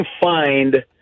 find